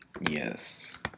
Yes